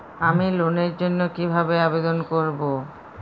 আমি লোনের জন্য কিভাবে আবেদন করব?